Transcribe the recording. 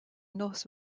nos